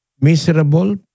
miserable